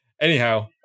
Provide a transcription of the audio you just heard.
Anyhow